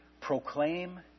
Proclaim